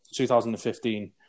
2015